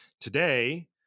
Today